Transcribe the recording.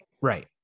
Right